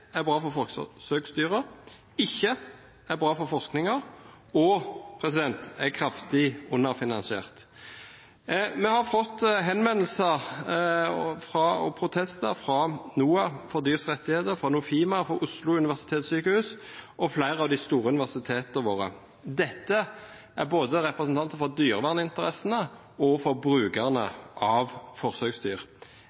er bra for forsøksdyrene, ikke er bra for forskningen og er kraftig underfinansiert. Vi har fått henvendelser og protester fra NOAH – for dyrs rettigheter, fra Nofima, fra Oslo universitetssykehus og fra flere av de store universitetene våre. Disse er representanter både for dyreverninteressene og for brukerne av forsøksdyr.